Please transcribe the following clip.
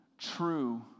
true